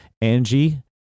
Angie